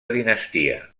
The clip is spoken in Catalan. dinastia